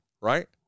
right